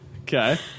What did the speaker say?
Okay